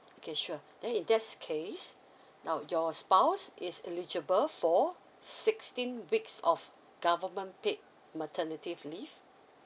okay sure then in that case now your spouse is eligible for sixteen weeks of government paid maternity leave